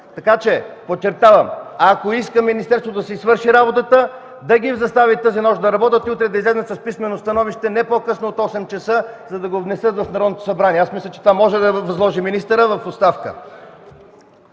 за парно. Подчертавам, че ако иска министерството да си свърши работата, да ги застави тази нощ да работят и утре да излязат с писмено становище не по-късно от 8,00 ч., за да го внесат в Народното събрание. Аз мисля, че това може да го възложи министърът в оставка.